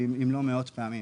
אם לא מאות פעמים.